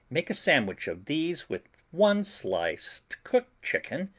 make a sandwich of these with one slice cooked chicken,